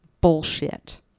bullshit